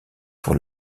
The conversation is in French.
pour